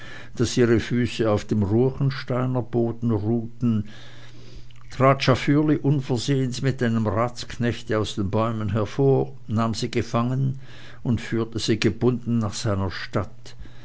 daß ihre füße auf dem ruechensteiner boden ruhten trat schafürli unversehens mit einem ratsknechte aus den bäumen hervor nahm sie gefangen und führte sie gebunden nach seiner stadt